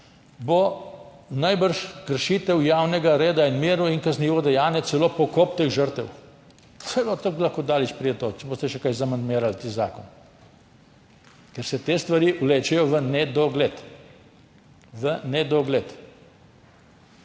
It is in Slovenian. bo najbrž kršitev javnega reda in miru in kaznivo dejanje celo pokop teh žrtev. Celo tako daleč lahko pride to, če boste še kaj zamandmirali tisti zakon, ker se te stvari vlečejo v nedogled. V nedogled.